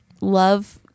love